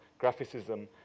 graphicism